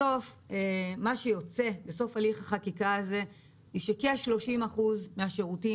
בסוף הליך החקיקה ייצא שכ-30% מהשירותים